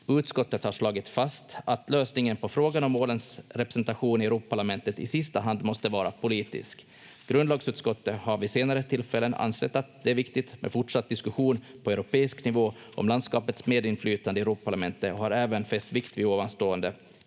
Utskottet har slagit fast att lösningen på frågan om Ålands representation i Europaparlamentet i sista hand måste vara politisk. Grundlagsutskottet har vid senare tillfällen ansett att det är viktigt med fortsatt diskussion på europeisk nivå om landskapets medinflytande i Europaparlamentet och har även fäst vikt vid ovanstående